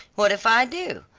what if i do?